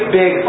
big